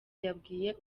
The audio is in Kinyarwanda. yabwiye